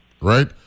right